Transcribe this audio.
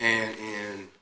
and in